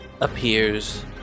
appears